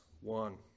one